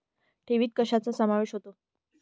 ठेवीत कशाचा समावेश होतो?